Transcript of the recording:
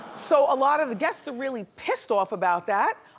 so a lot of the guests are really pissed off about that.